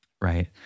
Right